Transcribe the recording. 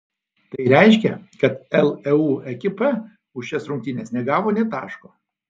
tai reiškia kad leu ekipa už šias rungtynes negavo nė taško